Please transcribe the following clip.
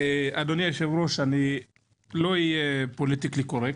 אדוני היושב-ראש, לא אהיה פוליטיקלי קורקט,